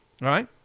Right